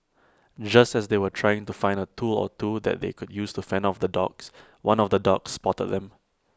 just as they were trying to find A tool or two that they could use to fend off the dogs one of the dogs spotted them